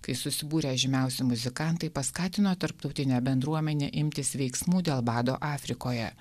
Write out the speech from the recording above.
kai susibūrė žymiausi muzikantai paskatino tarptautinę bendruomenę imtis veiksmų dėl bado afrikoje